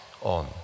on